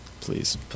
Please